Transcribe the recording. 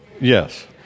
Yes